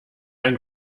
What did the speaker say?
ein